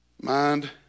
Mind